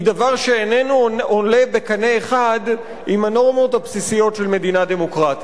היא דבר שאיננו עולה בקנה אחד עם הנורמות הבסיסיות של מדינה דמוקרטית.